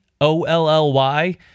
O-L-L-Y